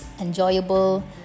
enjoyable